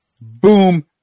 Boom